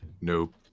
Nope